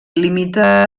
limita